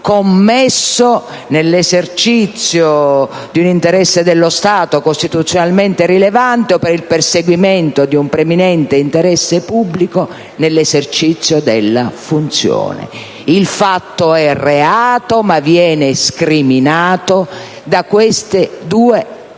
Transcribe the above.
commesso nell'esercizio di un interesse dello Stato costituzionalmente rilevante o per il perseguimento di un preminente interesse pubblico nell'esercizio della funzione. Il fatto è reato ma viene scriminato da queste due ragioni,